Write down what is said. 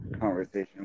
conversation